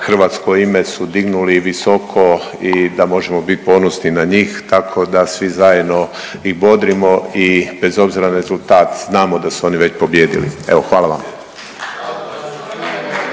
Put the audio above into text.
hrvatsko ime su dignuli visoko i da možemo bit ponosni na njih, tako da svi zajedno i bodrimo i bez obzira na rezultat znamo da su oni već pobijedili, evo hvala vam.